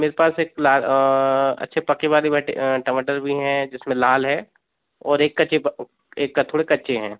मेरे पास एक अच्छे पके वाले भटे टमाटर भी हैं जिसमें लाल है और एक कच्चे एक का थोड़ा कच्चे हैं